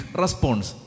response